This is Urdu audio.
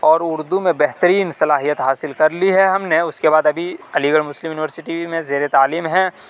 اور اردو میں بہترین صلاحیت حاصل کر لی ہے ہم نے اس کے بعد ابھی علی گڑھ مسلم یونیورسٹی میں زیر تعلیم ہیں